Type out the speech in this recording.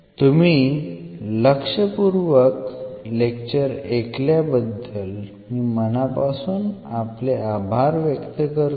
तुम्ही लक्षपूर्वक लेक्चर ऐकल्याबद्दल मी मनापासून आभार व्यक्त करतो